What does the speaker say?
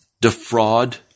defraud